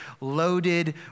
loaded